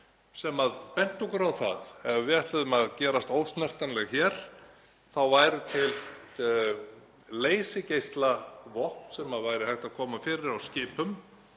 sem bentu okkur á það að ef við ætluðum að gerast ósnertanleg hér þá væru til leysigeislavopn sem væri hægt að koma fyrir á skipum